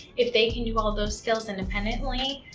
if they can do all those skills independently,